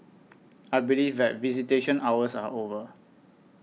I believe that visitation hours are over